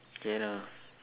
the end ah